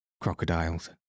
crocodiles